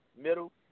middle